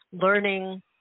learning